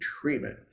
treatment